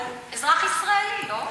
הוא אזרח ישראלי, לא?